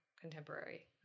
contemporary